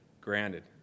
granted